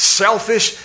selfish